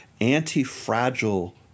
anti-fragile